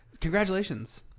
Congratulations